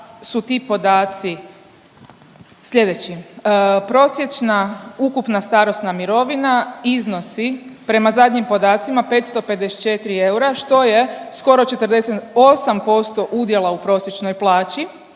su ti podaci slijedeći. Prosječna ukupna starosna mirovina iznosi prema zadnjim podacima 554 eura što je skoro 48% udjela u prosječnoj plaći,